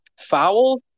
foul